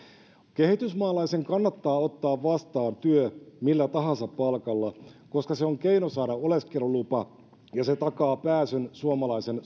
kehitysmaalaisen kannattaa ottaa vastaan työ millä tahansa palkalla koska se on keino saada oleskelulupa ja se takaa pääsyn suomalaisen